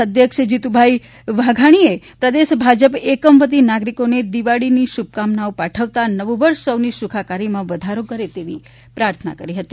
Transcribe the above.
ભાજપ પ્રદેશ અધ્યક્ષ જીતુભાઈ વાઘાણીએ પ્રદેશ ભાજપ એકમ વતી નાગરીકોને દિવાળી શુભકામનાઓ પાઠવતા નવું વર્ષ સૌની સુખાકારીમાં વધારો કરે તેવી પ્રાર્થના કરી હતી